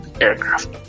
aircraft